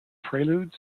preludes